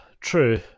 true